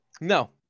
No